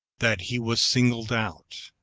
that he was singled out.